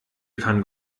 kann